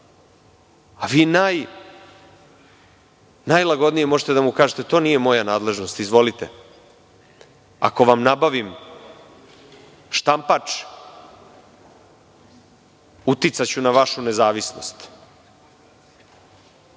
A vi najlagodnije možete da mu kažete – to nije moja nadležnost, izvolite, ako vam nabavim štampač, uticaću na vašu nezavisnost. Dakle,